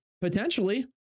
Potentially